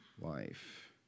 life